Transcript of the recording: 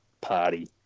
party